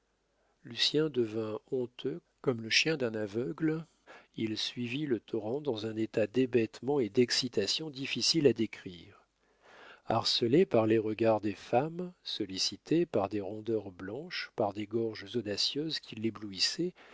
lucien lucien devint honteux comme le chien d'un aveugle il suivit le torrent dans un état d'hébétement et d'excitation difficile à décrire harcelé par les regards des femmes sollicité par des rondeurs blanches par des gorges audacieuses qui l'éblouissaient